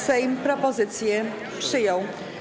Sejm propozycję przyjął.